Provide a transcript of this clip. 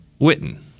Witten